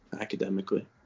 academically